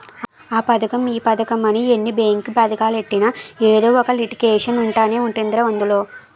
ఆ పదకం ఈ పదకమని ఎన్ని బేంకు పదకాలెట్టినా ఎదో ఒక లిటికేషన్ ఉంటనే ఉంటదిరా అందులో